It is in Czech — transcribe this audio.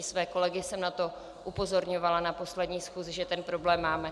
Své kolegy jsem na to upozorňovala na poslední schůzi, že tento problém máme.